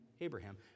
Abraham